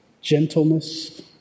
gentleness